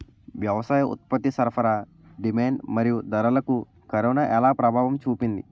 వ్యవసాయ ఉత్పత్తి సరఫరా డిమాండ్ మరియు ధరలకు కరోనా ఎలా ప్రభావం చూపింది